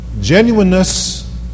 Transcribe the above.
Genuineness